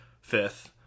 fifth